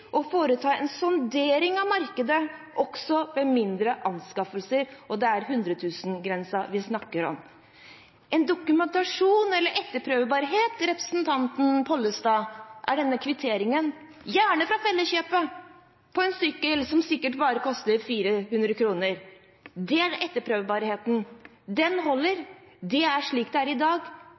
å foreta en sondering av markedet også ved mindre anskaffelser – og det er 100 000-kronersgrensen vi snakker om. En dokumentasjon eller etterprøvbarhet er denne kvitteringen, gjerne fra Felleskjøpet, på en sykkel som sikkert bare koster 400 kr. Den etterprøvbarheten holder. Det er slik det er i dag,